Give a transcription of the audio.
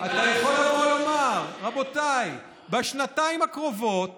אתה יכול לבוא ולומר: רבותיי, בשנתיים הקרובות